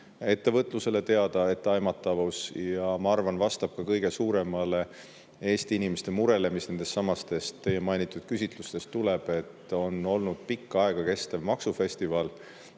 ettevõtlusele teada etteaimatavus ja ma arvan, vastab ka kõige suuremale Eesti inimeste murele, mis nendestsamadest teie mainitud küsitlustes tuleb, et on olnud pikka aega kestev maksufestival,